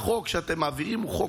החוק שאתם מעבירים הוא חוק,